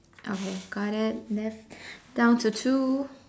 okay got it left with down to two